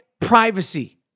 privacy